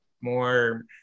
more